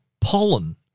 pollen